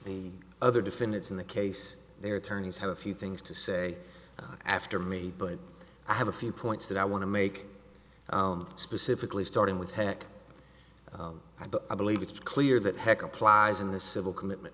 and other defendants in the case their attorneys have a few things to say after me but i have a few points that i want to make specifically starting with heck i but i believe it's clear that heck applies in the civil commitment